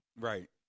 Right